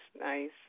nice